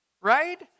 right